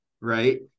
Right